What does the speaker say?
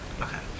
Okay